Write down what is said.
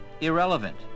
irrelevant